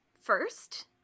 first